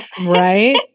Right